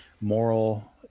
moral